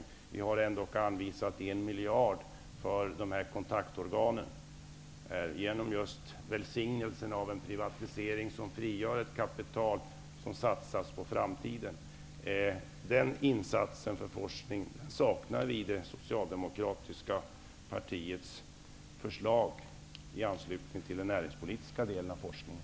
Vi har anvisat en miljard kronor till kontaktorgan, genom välsignelsen av en privatisering som frigör ett kapital som satsas på framtiden. Den insatsen för forskning saknar vi i det socialdemokratiska partiets förslag i anslutning till den näringspolitiska delen av forskningen.